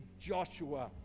Joshua